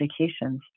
vacations